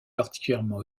particulièrement